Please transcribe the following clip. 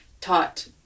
taught